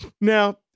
Now